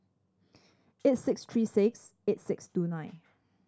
eight six three six eight six two nine